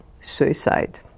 suicide